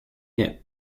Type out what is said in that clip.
year